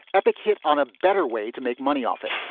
epic hit on a better way to make money off it